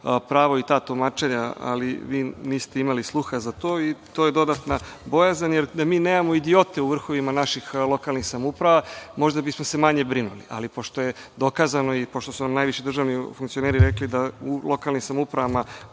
pravo i ta tumačenja, ali vi niste imali sluha za to i to je dodatna bojazan. Da mi nemamo idiote u vrhovima naših lokalnih samouprava, možda bismo se manje brinuli. Ali, pošto je dokazano i pošto su nam najviši državni funkcioneri rekli da u lokalnim samoupravama,